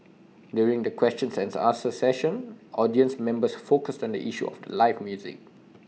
during the question and answer session audience members focused on the issue of live music